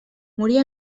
morir